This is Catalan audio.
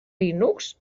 linux